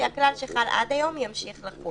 שהכלל שחל עד היום ימשיך לחול.